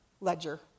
ledger